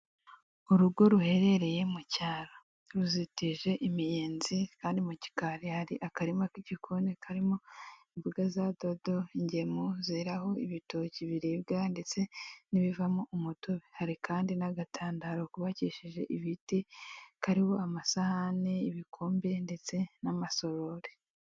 Urugo ruherereye mu cyaro ruzitije imiyenzi kandi mu gikari hari akarima k'igikoni karimo imboga za dodo ingemo zeraho ibitoki biribwa ndetse n'ibivamo umutobe hari kandi n'agatanda kubakishije ibiti kariho amasahane, ibikombe ndetse n'amasorori.